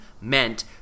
meant